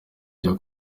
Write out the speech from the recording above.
byo